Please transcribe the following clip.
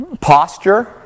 posture